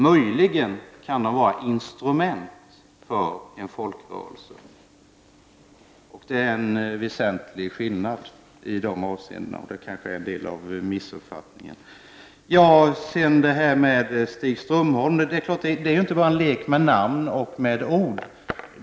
Möjligen kan de vara instrument för folkrörelser, men det är en väsentlig skillnad. Det kanske är en del av missuppfattningen. När jag nämner bl.a. Stig Strömholm är det inte bara en lek med namn och ord.